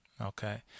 Okay